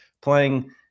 playing